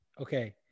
Okay